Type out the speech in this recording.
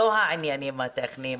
לא העניינים הטכניים.